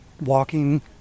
walking